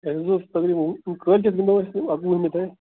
اَسہِ حظ اوس تقریٖبَن کٲلۍ کیٚتھ گِنٛدَو أسۍ اَکہٕ وُہمہِ تانۍ